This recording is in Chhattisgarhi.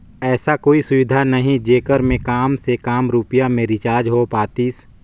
ऐसा कोई सुविधा नहीं जेकर मे काम से काम रुपिया मे रिचार्ज हो पातीस?